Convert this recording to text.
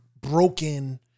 broken